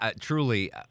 Truly